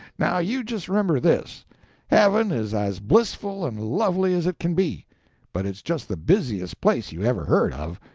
now you just remember this heaven is as blissful and lovely as it can be but it's just the busiest place you ever heard of.